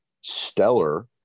stellar